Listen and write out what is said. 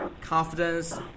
confidence